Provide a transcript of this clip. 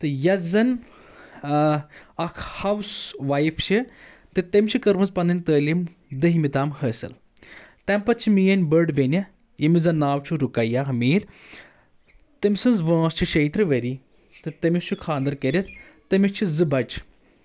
تہٕ یۄس زن اکھ ہاوُس وایف چھِ تہٕ تٔمۍ چھِ کٔرمٕژ پنٕنۍ تعلیٖم دٔہمہِ تام حٲصِل تمہِ پتہٕ چھِ میٲنۍ بٔڑ بیٚنہِ ییٚمِس زن ناو چھُ رُکیا ہمیٖر تٔمۍ سٕنٛز وٲنٛس چھِ شیٚیہِ ترٕٛہ ؤری تہٕ تٔمِس چھُ خانٛدر کٔرِتھ تٔمِس چھِ زٕ بچہِ